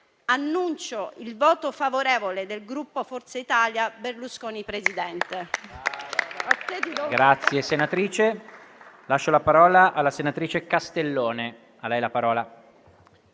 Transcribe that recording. annuncio il voto favorevole del Gruppo Forza-Berlusconi Presidente.